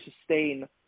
sustain